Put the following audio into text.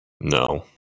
No